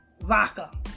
vodka